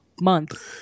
month